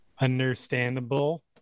Understandable